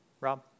Rob